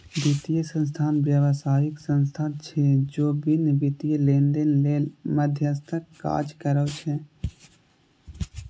वित्तीय संस्थान व्यावसायिक संस्था छिय, जे विभिन्न वित्तीय लेनदेन लेल मध्यस्थक काज करै छै